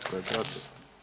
Tko je protiv?